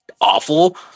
awful